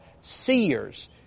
seers